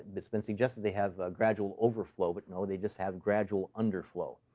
it's been suggested they have a gradual overflow, but no. they just have a gradual underflow,